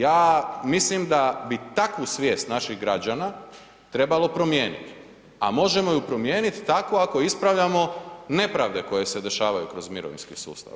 Ja mislim da bi takvu svijest naših građana trebalo promijeniti, a možemo ju promijeniti tako ako ispravljamo nepravde koje se dešavaju kroz mirovinski sustav.